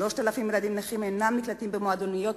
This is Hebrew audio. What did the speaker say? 3,000 ילדים נכים אינם נקלטים במועדוניות,